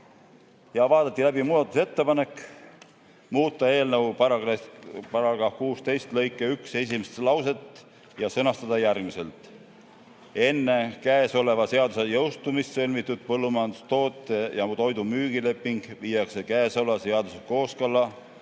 Vaadati läbi muudatusettepanek muuta eelnõu § 16 lõike 1 esimest lauset ja sõnastada see järgmiselt: "Enne käesoleva seaduse jõustumist sõlmitud põllumajandustoote ja toidu müügileping viiakse käesoleva seadusega kooskõlla